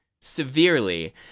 severely